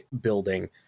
building